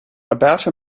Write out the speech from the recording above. about